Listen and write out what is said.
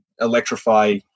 electrify